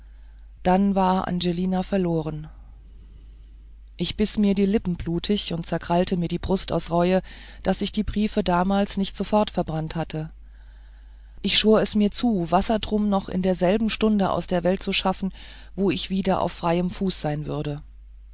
dann war angelina verloren ich biß mir die lippen blutig und zerkrallte mir die brust aus reue daß ich die briefe damals nicht sofort verbrannt hatte ich schwor es mir zu wassertrum noch in derselben stunde aus der welt zu schaffen wo ich wieder auf freiem fuß sein würde